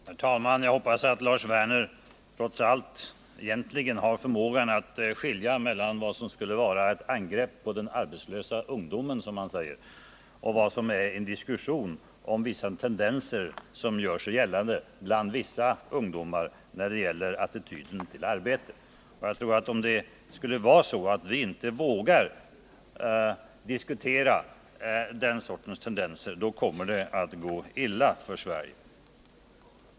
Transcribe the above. Herr talman! Jag hoppas att Lars Werner trots allt egentligen har förmågan att skilja mellan vad som skulle vara ett angrepp på den arbetslösa ungdomen, som han säger, och vad som är en diskussion om vissa tendenser som gör sig gällande hos vissa ungdomar beträffande attityden till arbete. Om vi inte vågar diskutera den sortens tendenser, kommer det att gå illa för Sverige.